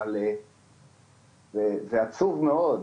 אבל זה עצוב מאוד,